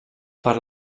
per